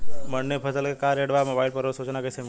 मंडी में फसल के का रेट बा मोबाइल पर रोज सूचना कैसे मिलेला?